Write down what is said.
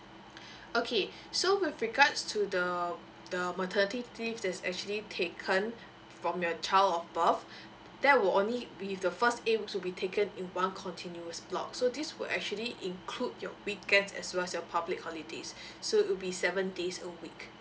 okay so with regards to the the maternity leave there's actually taken from your child of birth that will only be the first it will also be taken in one continuous block so this would actually include your weekends as well as your public holidays so it will be seven days a week